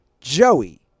Joey